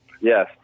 Yes